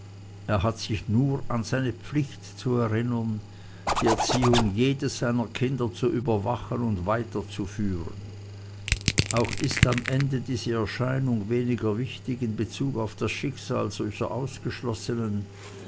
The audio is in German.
er hat sich nur an seine pflicht zu erinnern die erziehung jedes seiner kinder zu überwachen und weiterzuführen auch ist am ende diese erscheinung weniger wichtig in bezug auf das schicksal solcher ausgeschlossenen